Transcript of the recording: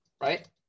right